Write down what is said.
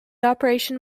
operation